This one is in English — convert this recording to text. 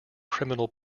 criminal